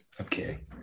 okay